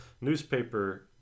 newspaper